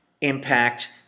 impact